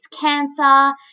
cancer